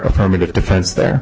affirmative defense there